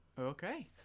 Okay